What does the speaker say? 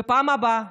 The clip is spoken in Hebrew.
בפעם הבאה,